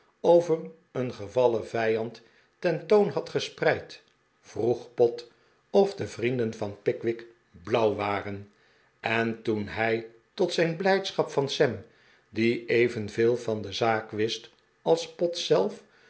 over een gevallen vijand ten toon had gespreid vroeg pott of de vrienden van pickwick blauw waren en toen hij tot zijn blijdschap van sam die evenveel van de zaak wist als pott zelf